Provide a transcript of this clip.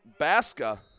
Basca